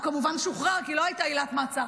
הוא כמובן שוחרר, כי לא הייתה עילת מעצר.